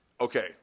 Okay